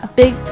big